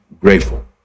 grateful